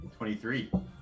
23